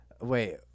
wait